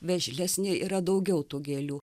vešlesnė yra daugiau tų gėlių